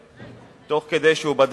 ותוך כדי כך,